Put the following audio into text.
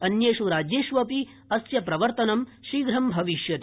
अन्येष राज्येष्वपि अस्य प्रवर्तनं शीघ्रं भविष्यति